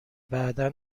بعدا